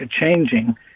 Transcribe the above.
changing